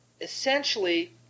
essentially